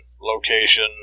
location